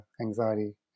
anxiety